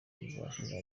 bizashira